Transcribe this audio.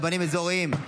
רבנים אזוריים,